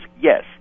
yes